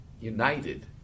united